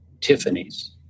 Tiffany's